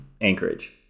Anchorage